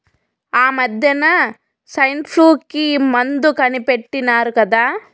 ఆమద్దెన సైన్ఫ్లూ కి మందు కనిపెట్టినారు కదా